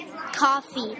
coffee